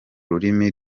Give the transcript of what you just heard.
rurimi